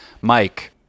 Mike